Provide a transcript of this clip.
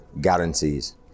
guarantees